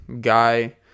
guy